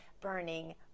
burning